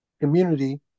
community